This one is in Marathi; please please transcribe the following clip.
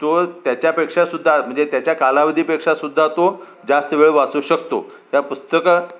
तो त्याच्यापेक्षा सुद्धा म्हणजे त्याच्या कालावधीपेक्षा सुद्धा तो जास्त वेळ वाचू शकतो या पुस्तकं